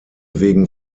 wegen